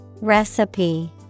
Recipe